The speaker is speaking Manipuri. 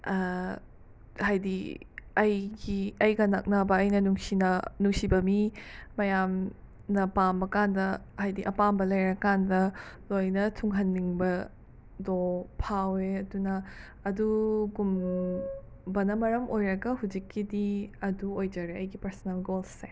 ꯍꯥꯏꯗꯤ ꯑꯩꯒꯤ ꯑꯩꯒ ꯅꯛꯅꯕ ꯑꯩꯅ ꯅꯨꯡꯁꯤꯅ ꯅꯨꯡꯁꯤꯕ ꯃꯤ ꯃꯌꯥꯝꯅ ꯄꯥꯝꯃꯀꯥꯟꯗ ꯍꯥꯏꯗꯤ ꯑꯄꯥꯝꯕ ꯂꯩꯔꯀꯥꯟꯗ ꯂꯣꯏꯅ ꯊꯨꯡꯍꯟꯅꯤꯡꯕꯗꯣ ꯐꯥꯎꯋꯦ ꯑꯗꯨꯅ ꯑꯗꯨꯒꯨꯝꯕꯅ ꯃꯔꯝ ꯑꯣꯏꯔꯒ ꯍꯧꯖꯤꯛꯀꯤꯗꯤ ꯑꯗꯨ ꯑꯣꯏꯖꯔꯦ ꯑꯩꯒꯤ ꯄꯔꯁꯣꯅꯦꯜ ꯒꯣꯜꯁꯦ